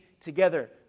together